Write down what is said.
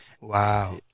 Wow